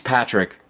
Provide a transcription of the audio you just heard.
Patrick